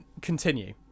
continue